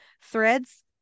threads